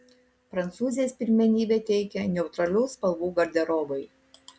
prancūzės pirmenybę teikia neutralių spalvų garderobui